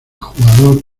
jugador